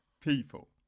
people